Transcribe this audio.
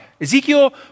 Ezekiel